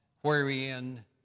wherein